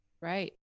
Right